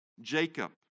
Jacob